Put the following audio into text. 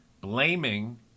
blaming